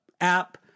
app